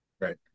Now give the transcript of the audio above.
Right